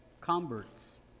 converts